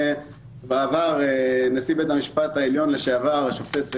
בעבר נשיא בית המשפט העליון, משה לנדא,